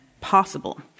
possible